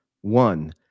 one